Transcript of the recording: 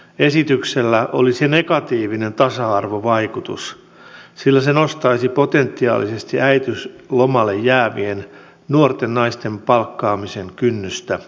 esityksellä olisi negatiivinen tasa arvovaikutus sillä se nostaisi potentiaalisesti äitiyslomalle jäävien nuorten naisten palkkaamisen kynnystä entisestään